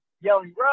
yelling